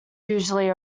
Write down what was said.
usually